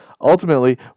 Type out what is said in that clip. Ultimately